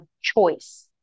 choice